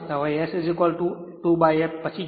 હવે S પછી 2f છે